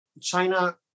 China